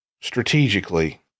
strategically